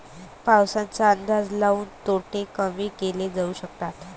पाऊसाचा अंदाज लाऊन तोटे कमी केले जाऊ शकतात